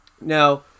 Now